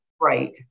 right